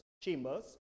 Chambers